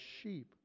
sheep